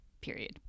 period